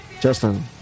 Justin